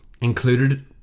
included